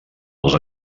als